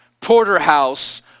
porterhouse